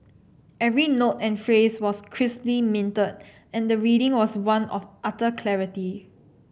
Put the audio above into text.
every note and phrase was crisply minted and the reading was one of utter clarity